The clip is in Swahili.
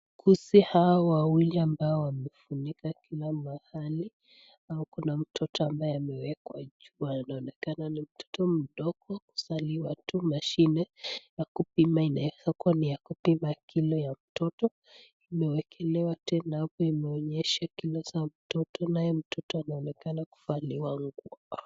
Wauguzi hawa wawili ambao wamefunika kila mahali hapa kuna mtoto ambaye amewekwa juu, anaonekana ni mtoto mdogo amezaliwa tu ,mashine ya kupima inaeza kuwa ni ya kupima kilo ya mtoto, imewekelewa tena hapo imeonyesha kilo za mtoto ,naye mtoto anaonekana kuvaliwa nguo.